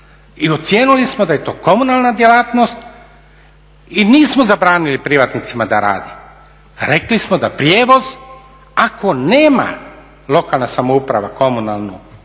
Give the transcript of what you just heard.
i ocijenili smo da je to komunalna djelatnost i nismo zabranili privatnicima da radi. Rekli smo da prijevoz ako nema lokalna samouprava komunalnu